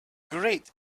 great